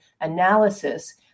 analysis